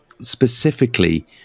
specifically